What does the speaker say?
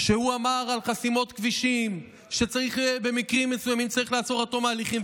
שהוא אמר שבחסימות כבישים צריך במקרים מסוימים לעצור עד תום ההליכים.